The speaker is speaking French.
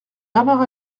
bernard